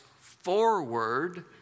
forward